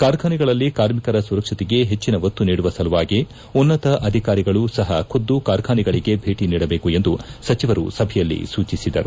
ಕಾರ್ಖಾನೆಗಳಲ್ಲಿ ಕಾರ್ಮಿಕರ ಸುರಕ್ಷತೆಗೆ ಹೆಚ್ಚಿನ ಒತ್ತು ನೀಡುವ ಸಲುವಾಗಿ ಉನ್ನತ ಅಧಿಕಾರಿಗಳು ಸಹ ಖುದ್ದು ಕಾರ್ಖಾನೆಗಳಿಗೆ ಭೇಟಿ ನೀಡಬೇಕು ಎಂದು ಸಚಿವರು ಸಭೆಯಲ್ಲಿ ಸೂಚಿಸಿದರು